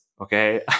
Okay